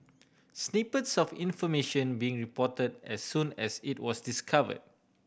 snippets of information being report as soon as it was discover